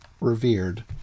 revered